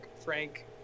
Frank